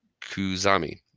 Kuzami